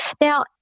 Now